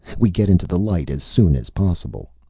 we get into the light as soon as possible.